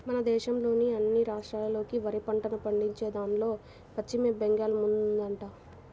మన దేశంలోని అన్ని రాష్ట్రాల్లోకి వరి పంటను పండించేదాన్లో పశ్చిమ బెంగాల్ ముందుందంట